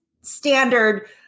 standard